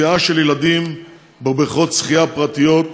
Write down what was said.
טביעה של ילדים בבריכות שחייה פרטיות,